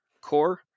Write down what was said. core